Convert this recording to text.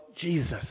Jesus